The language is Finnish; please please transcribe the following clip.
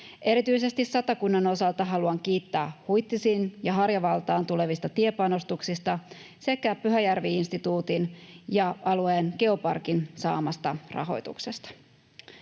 Erityisesti Satakunnan osalta haluan kiittää Huittisiin ja Harjavaltaan tulevista tiepanostuksista sekä Pyhäjärvi-instituutin ja alueen geoparkin saamasta rahoituksesta.